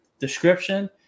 description